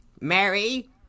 mary